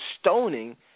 stoning